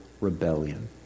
rebellion